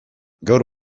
gaur